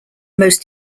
most